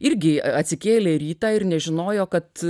irgi atsikėlė rytą ir nežinojo kad